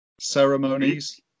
ceremonies